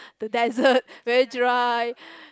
the desert very dry